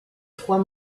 trois